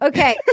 Okay